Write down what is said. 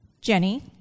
Jenny